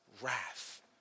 wrath